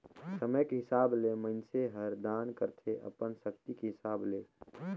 समे के हिसाब ले मइनसे हर दान करथे अपन सक्ति के हिसाब ले